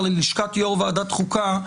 ללשכת יושב-ראש ועדת החוקה,